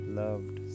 loved